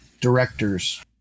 directors